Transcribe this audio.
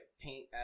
paint